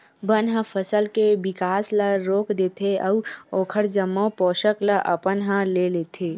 बन ह फसल के बिकास ल रोक देथे अउ ओखर जम्मो पोसक ल अपन ह ले लेथे